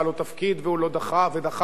וכל מיני קשקושים אחרים,